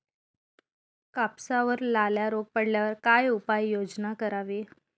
कापसावर लाल्या रोग पडल्यावर काय उपाययोजना करावी?